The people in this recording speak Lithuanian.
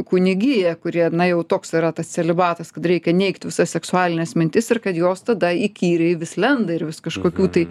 kunigija kurie na jau toks yra tas celibatas kad reikia neigt visas seksualines mintis ir kad jos tada įkyriai vis lenda ir vis kažkokių tai